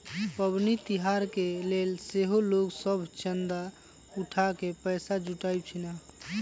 पबनि तिहार के लेल सेहो लोग सभ चंदा उठा कऽ पैसा जुटाबइ छिन्ह